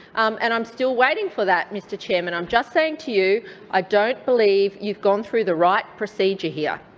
and i'm still waiting for that, mr chairman. i'm just saying to you i don't believe you've gone through the right procedure here.